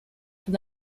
from